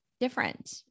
different